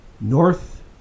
North